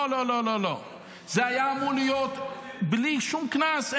לא, לא, לא, זה היה אמור להיות בלי שום קנס.